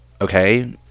okay